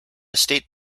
state